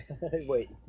Wait